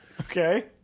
Okay